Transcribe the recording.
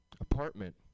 apartment